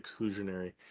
exclusionary